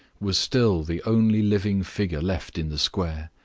was still the only living figure left in the square.